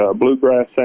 bluegrass